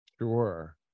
Sure